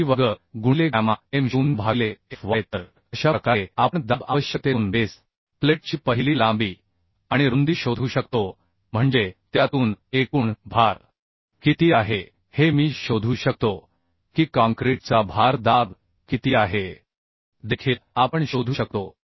3 b वर्ग गुणिले gamma m0 भागिले f y तर अशा प्रकारे आपण दाब आवश्यकतेतून बेस प्लेटची पहिली लांबी आणि रुंदी शोधू शकतो म्हणजे त्यातून एकूण भार किती आहे हे मी शोधू शकतो की काँक्रीटचा भार दाब किती आहे हे देखील आपण शोधू शकतो